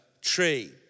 tree